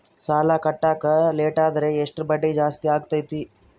ಸಾಲ ಕಟ್ಟಾಕ ಲೇಟಾದರೆ ಎಷ್ಟು ಬಡ್ಡಿ ಜಾಸ್ತಿ ಆಗ್ತೈತಿ?